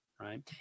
Right